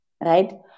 right